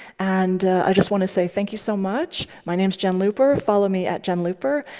and i just want to say thank you so much. my name's jenn looper. follow me at jenlooper,